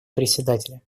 председателя